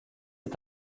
est